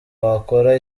wakora